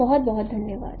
बहुत बहुत धन्यवाद